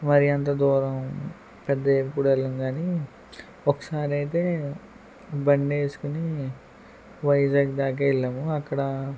మరి అంతదూరం పెద్ద ఎప్పుడు వెళ్ళం కానీ ఒకసారి అయితే బండేసుకుని వైజాగ్ దాకా వెళ్ళాం అక్కడ